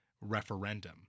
referendum